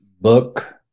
book